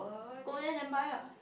go there then buy ah